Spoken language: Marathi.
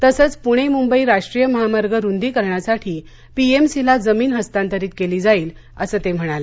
तसंच पुणे मुंबई राष्ट्रीय महामार्ग रुंदीकरणासाठी पीएमसीला जमीन हस्तांतरित केली जाईल असं ते म्हणाले